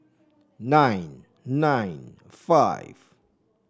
nine nine five